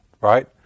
right